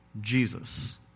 Jesus